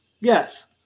Yes